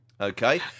Okay